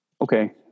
Okay